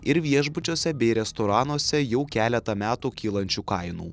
ir viešbučiuose bei restoranuose jau keletą metų kylančių kainų